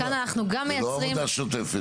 זה לא עבודה שוטפת.